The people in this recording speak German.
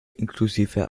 inklusive